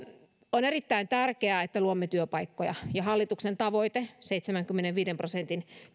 on erittäin tärkeää että luomme työpaikkoja ja hallituksen tavoite seitsemänkymmenenviiden prosentin